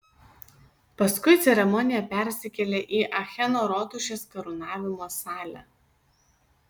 paskui ceremonija persikėlė į acheno rotušės karūnavimo salę